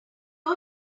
got